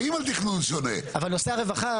אבל נושא הרווחה,